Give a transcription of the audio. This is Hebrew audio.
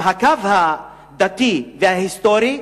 אם הקו הדתי וההיסטורי,